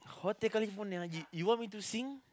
Hotel California you you want me to sing